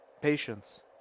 patients